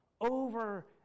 over